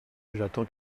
j’attends